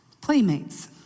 playmates